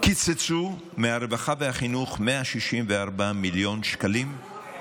קיצצו מהרווחה והחינוך 164 מיליון שקלים, לא,